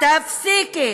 תתביישי לך,